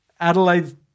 Adelaide